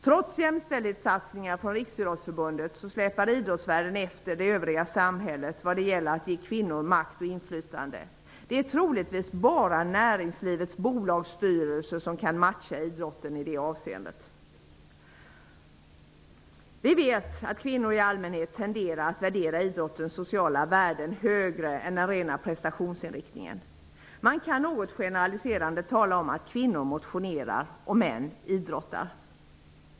Trots jämställdhetssatsningar från Riksidrottsförbundet släpar idrottsvärlden efter det övriga samhället vad det gäller att ge kvinnor makt och inflytande. Det är troligtvis bara näringslivets bolagsstyrelser som kan matcha idrotten i det avseendet. Vi vet att kvinnor i allmänhet tenderar att värdera idrottens sociala värden högre än den rena prestationsinriktningen. Man kan något generaliserande tala om att kvinnor motionerar och män idrottar.